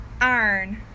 Iron